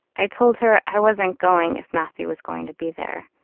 i told her i wasn't going if mathew was going to be there,